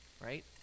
right